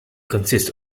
consists